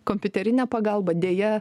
kompiuterinė pagalba deja